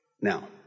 Now